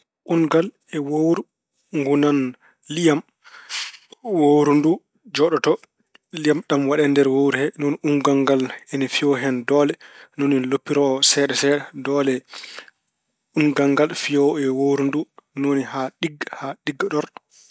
Ungal e wowru ngunan liyam. Wowru ndu jooɗoto liyam ɗam waɗe e nder wowru he, ni woni ungal ngal ina fiyo hen doole, ni woni loppiroo seeɗa seeɗa. Doole ungal ngal fiyo e wowru ndu, ni woni haa ɗigga, ɗogga ɗor.